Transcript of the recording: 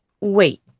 Wait